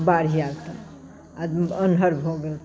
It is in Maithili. बाढ़ि आएल तऽ आ अन्हरि भऽ गेल तऽ